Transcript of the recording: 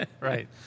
Right